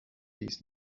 dies